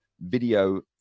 video